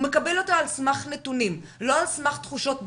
הוא מקבל אותה על סמך נתונים ולא על סמך תחושות בטן.